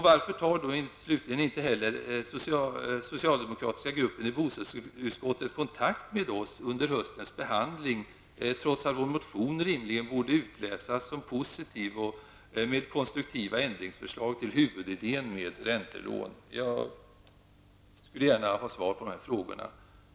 Varför tar slutligen inte heller den socialdemokratiska gruppen i bostadsutskottet kontakt med oss under höstens behandling, trots att vår motion rimligen borde utläsas som positiv? Den innehåller konstruktiva ändringsförslag till huvudidén med räntelån. Jag skulle gärna vilja få svar på mina frågor.